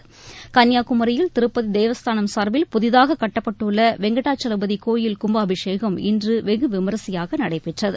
தேவஸ்தானம் கன்னியாகுமரியில் திருப்பதி சார்பில் புதிதாக கட்டப்பட்டுள்ள வெங்கடாச்சலபதி கோயில் கும்பாபிஷேகம் இன்று வெகு விமரிசையாக நடைபெற்றது